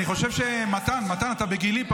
אני חושב, מתן, מתן, שאתה בגילי.